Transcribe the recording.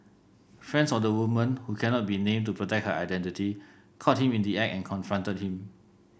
friends of the woman who cannot be named to protect her identity caught him in the act and confronted him